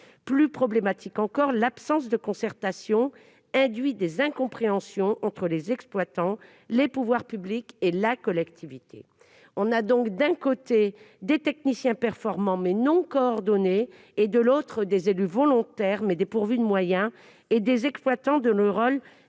Plus problématique encore, l'absence de concertation induit des incompréhensions entre les exploitants, les pouvoirs publics et la collectivité. On a donc, d'un côté, des techniciens performants, mais non coordonnés, et, de l'autre, des élus volontaires, mais dépourvus de moyens, et des exploitants dont le rôle